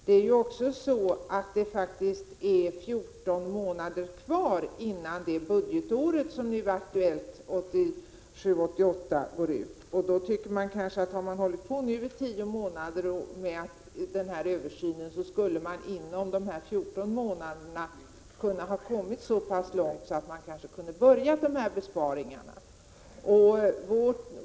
Det är också faktiskt 14 månader kvar innan det budgetår som nu är aktuellt — 1987/88 — går ut. När man nu hållit på med denna översyn i tio månader kan man kanske inom ytterligare 14 månader ha kommit så långt att man kan börja göra dessa besparingar!